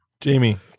Jamie